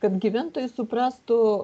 kad gyventojai suprastų